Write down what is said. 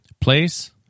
place